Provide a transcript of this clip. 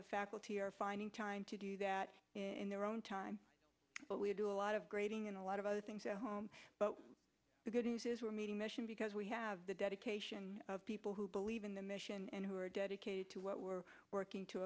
the faculty are finding time to do that in their own time but we do a lot of grading and a lot of other things at home but the good news is we're meeting mission because we have the dedication of people who believe in the mission and who are dedicated to what we're working to